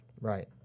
Right